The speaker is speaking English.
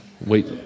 Wait